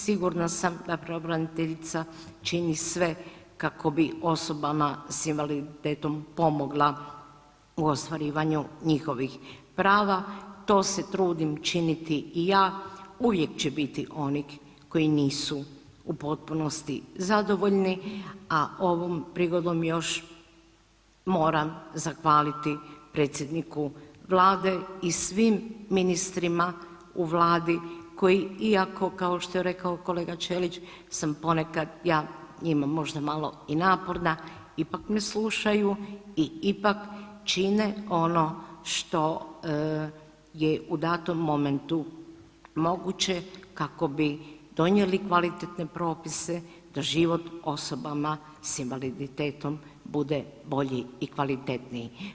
Sigurna sam da pravobraniteljica čini sve kako bi osobama s invaliditetom pomogla u ostvarivanju njihovih prava, to se trudim činiti i ja, uvijek će biti onih koji nisu u potpunosti zadovoljni, a ovom prigodom još moram zahvaliti predsjedniku Vlade i svim ministrima u Vladi koji iako, kao što je rekao kolega Ćelić, sam ponekad ja njima i možda malo i naporna, ipak me slušaju i ipak čine ono što je u datom momentu moguće kako bi donijeli kvalitetne propise da život osobama s invaliditetom bude bolji i kvalitetniji.